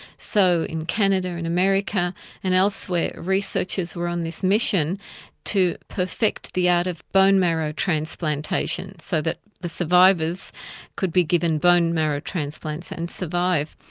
so in canada and in america and elsewhere, researchers were on this mission to perfect the art of bone marrow transplantation, so that the survivors could be given bone marrow transplants and survive.